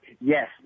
Yes